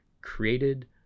created